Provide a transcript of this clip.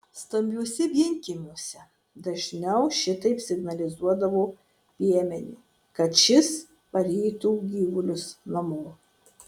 stambiuose vienkiemiuose dažniau šitaip signalizuodavo piemeniui kad šis varytų gyvulius namo